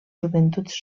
joventuts